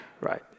Right